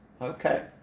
Okay